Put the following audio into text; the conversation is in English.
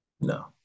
no